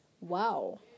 Wow